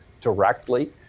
directly